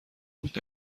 بود